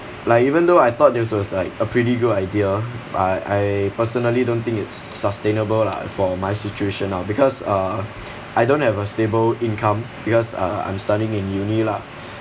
like even though I thought this was like a pretty good idea I I personally don't think it's sustainable lah for my situation lah because uh I don't have a stable income because uh I'm studying in uni lah